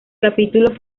capítulos